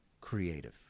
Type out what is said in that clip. creative